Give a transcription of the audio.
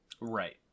Right